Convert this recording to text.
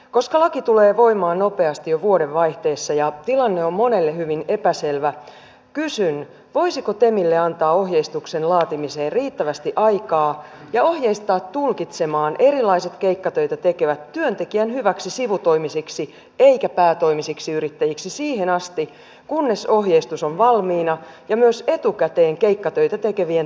koska laki tulee voimaan nopeasti sosiaali ja terveydenhuollon muutoksen juna jyskyttää omalla raiteellaan mutta riippumatta siitä mitä ja ohjeistaa tulkitsemaan erilaiset keikkatöitä tekevät työntekijän hyväksi sivutoimisiksi eikä millä vauhdilla tuo juna jyskyttää on valmiina ja myös etukäteen keikkatöitä tekevien